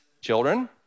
children